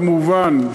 כמובן,